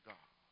God